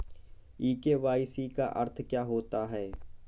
ई KYC का क्या अर्थ होता है?